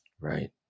Right